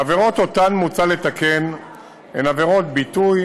העבירות שמוצע לתקן הן עבירות ביטוי,